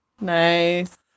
Nice